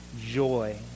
joy